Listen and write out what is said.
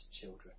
children